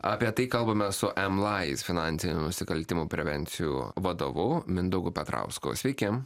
apie tai kalbamės su emlais finansinių nusikaltimų prevencijų vadovu mindaugu petrausku sveiki